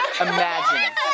imagine